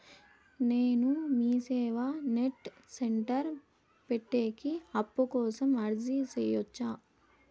నేను MeeSeva net centre పెట్టేకి అప్పు కోసం అర్జీ సేయొచ్చా?